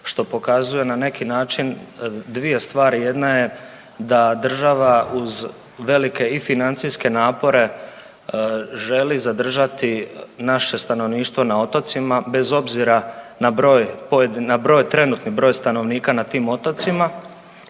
što pokazuje na neki način dvije stvari, jedna je da država uz velike i financijske napore želi zadržati naše stanovništvo na otocima bez obzira na trenutni broj stanovnika na tim otocima